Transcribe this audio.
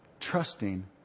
Trusting